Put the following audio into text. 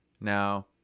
Now